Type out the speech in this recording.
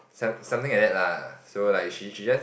some something like that lah so like she she just